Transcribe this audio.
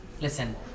listen